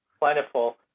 plentiful